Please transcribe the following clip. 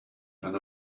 and